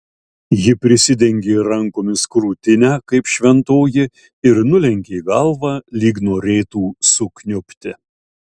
ji prisidengė rankomis krūtinę kaip šventoji ir nulenkė galvą lyg norėtų sukniubti